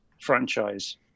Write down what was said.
franchise